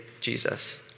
Jesus